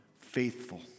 faithful